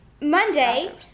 Monday